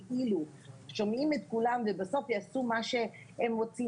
כאילו שומעים את כולם ובסוף יעשו מה שהם רוצים